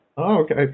Okay